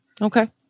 Okay